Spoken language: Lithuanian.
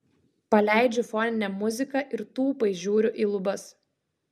paleidžiu foninę muziką ir tūpai žiūriu į lubas